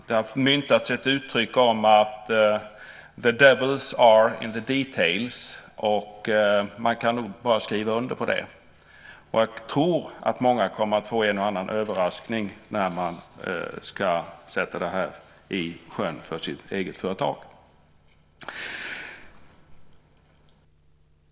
Det har myntats ett uttryck som lyder "the devils are in the details", och man kan nog bara skriva under på det. Jag tror att många kommer att få en och annan överraskning när man ska sätta det här i sjön för sitt eget företag.